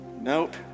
Nope